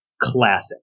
classic